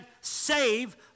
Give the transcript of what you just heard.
save